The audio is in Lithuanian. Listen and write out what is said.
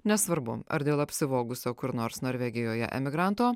nesvarbu ar dėl apsivogusio kur nors norvegijoje emigranto